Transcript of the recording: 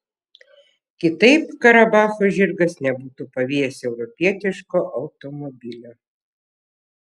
kitaip karabacho žirgas nebūtų pavijęs europietiško automobilio